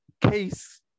case